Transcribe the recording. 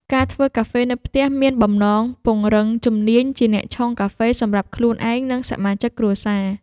ការធ្វើកាហ្វេនៅផ្ទះមានបំណងពង្រឹងជំនាញជាអ្នកឆុងកាហ្វេ សម្រាប់ខ្លួនឯង និងសមាជិកគ្រួសារ។